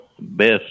best